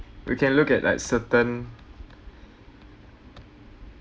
we can look at like certain